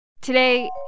Today